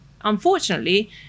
unfortunately